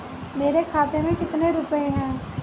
मेरे खाते में कितने रुपये हैं?